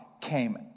came